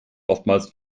oftmals